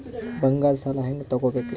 ಬಂಗಾರದ್ ಸಾಲ ಹೆಂಗ್ ತಗೊಬೇಕ್ರಿ?